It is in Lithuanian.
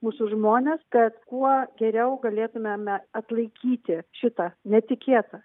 mūsų žmones kad kuo geriau galėtumėme atlaikyti šitą netikėtą